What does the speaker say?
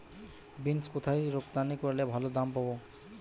Beans কোথায় রপ্তানি করলে ভালো দাম পাব?